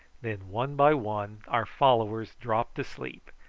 then one by one our followers dropped asleep,